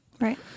Right